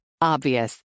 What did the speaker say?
Obvious